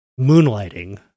moonlighting